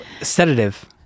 sedative